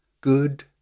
good